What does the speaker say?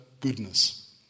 goodness